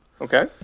Okay